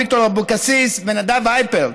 ויקטור אבוקסיס ונדב הייפרט,